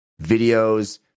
videos